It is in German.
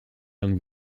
lang